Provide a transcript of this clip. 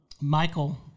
Michael